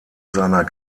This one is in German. seiner